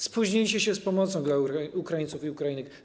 Spóźniliście się z pomocą dla Ukraińców i Ukrainek.